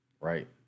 Right